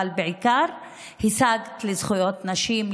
אבל בעיקר השגת לזכויות נשים,